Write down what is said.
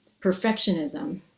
perfectionism